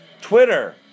Twitter